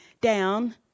down